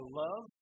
love